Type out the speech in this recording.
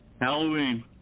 Halloween